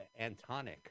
Antonic